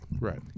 Right